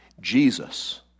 Jesus